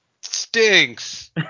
stinks